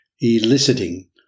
eliciting